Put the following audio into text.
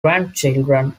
grandchildren